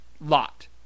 lot